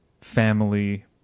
family